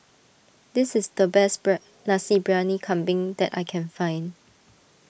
this is the best Nasi Briyani Kambing that I can find